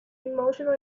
emotional